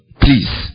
please